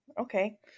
Okay